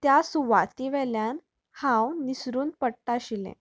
त्या सुवाती वेल्यान हांव निसरून पडटा आशिल्लें